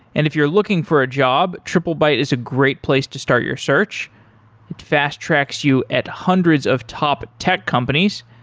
and if you're looking for a job, triplebyte is a great place to start your search. it fast tracks you at hundreds of top tech companies.